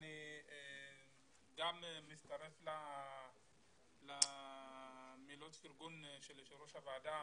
אני גם מצטרף למילות הפרגון של יושב ראש הוועדה